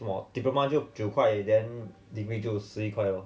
!wah! diploma 就九块而已 then dimi 就十一块 lor